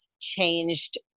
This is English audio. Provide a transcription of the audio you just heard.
changed